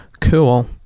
Cool